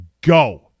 go